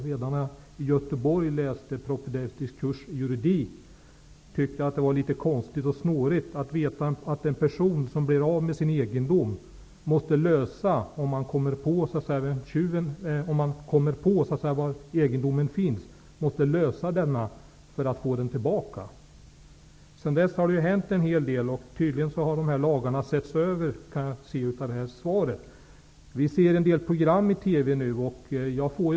Redan när jag i Göteborg läste propedeutisk kurs i juridik tyckte jag att det var litet konstigt och snårigt att en person som blir av med sin egendom, om han kommer på var egendomen finns, måste lösa denna för att få den tillbaka. Sedan dess har det hänt en hel del, och av svaret framgår att dessa lagbestämmelser har setts över. Man tar också i program på TV upp dessa frågor.